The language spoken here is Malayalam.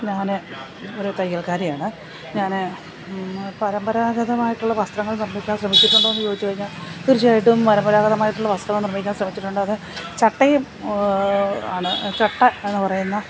ഞാൻ ഒരു തയ്യല്ക്കാരിയാണ് ഞാൻ പരമ്പരാഗതമായിട്ടുള്ള വസ്ത്രങ്ങള് നിര്മ്മിക്കാന് ശ്രമിച്ചിട്ടുണ്ടോ എന്ന് ചോദിച്ച് കഴിഞ്ഞാൽ തീര്ച്ചയായിട്ടും പരമ്പരാഗതമായിട്ടുള്ള വസ്ത്രം നിര്മ്മിക്കാന് ശ്രമിച്ചിട്ടുണ്ട് അത് ചട്ടയും ആണ് ചട്ട എന്ന് പറയുന്ന